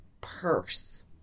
purse